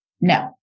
No